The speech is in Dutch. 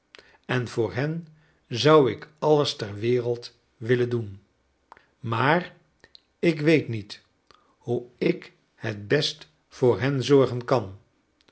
en voor hen zou ik alles ter wereld willen doen maar ik weet niet hoe ik het best voor hen zorgen kan